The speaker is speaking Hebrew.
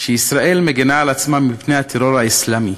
שישראל מגינה על עצמה מפני הטרור האסלאמי,